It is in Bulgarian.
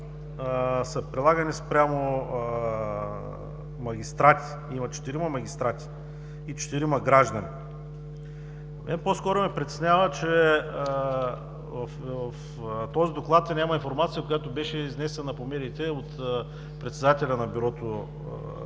са прилагани спрямо магистрати – има четирима магистрати и четирима граждани. Мен по-скоро ме притеснява, че в този Доклад няма информация, която беше изнесена по медиите от председателя на бюрото